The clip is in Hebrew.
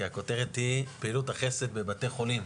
כי הכותרת היא 'פעילות החסד בבתי חולים',